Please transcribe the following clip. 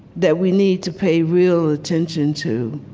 that we need to pay real attention to